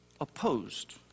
opposed